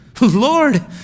Lord